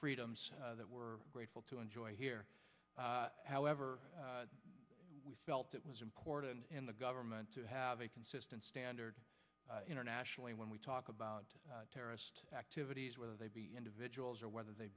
freedoms that we're grateful to enjoy here however we felt it was important in the government to have a consistent standard internationally when we talk about terrorist activities whether they be individuals or whether they